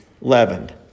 leavened